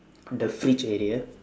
the fridge area